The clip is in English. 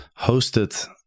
hosted